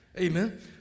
Amen